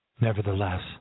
Nevertheless